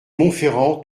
monferrand